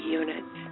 unit